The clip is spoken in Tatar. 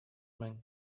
мең